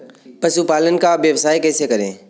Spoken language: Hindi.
पशुपालन का व्यवसाय कैसे करें?